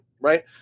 right